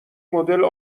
مدل